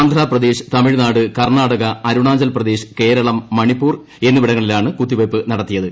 ആന്ധ്രാപ്രദേശ് തമിഴ്നാട് കർണ്ണാടക അരുണാചൽ പ്രദേശ് കേരളം മണിപ്പൂർ എന്നിവിടങ്ങളിലാണ് കുത്തിവയ്പ്പ് നടത്തിയത്